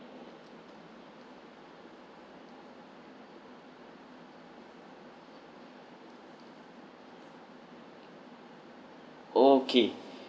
okay